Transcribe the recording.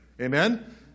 Amen